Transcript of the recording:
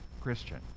Christian